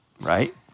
Right